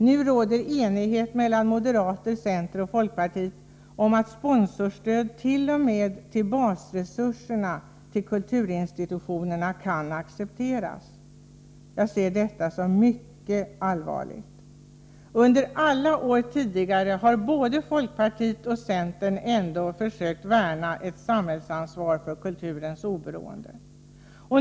Nu råder enighet mellan moderater, center och folkparti om att sponsorstöd t.o.m. till kulturinstitutionernas basresurser kan accepteras. Jag ser detta som mycket allvarligt. Under alla tidigare år har både folkpartiet och centern ändå försökt värna ett samhällsansvar för kulturens oberoende.